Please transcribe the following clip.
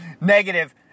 negative